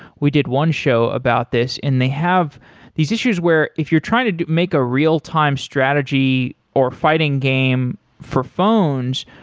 we did one show about this and they have these issues where if you're trying to make a real-time strategy, or fighting game for phones,